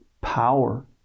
power